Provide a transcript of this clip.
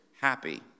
happy